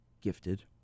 gifted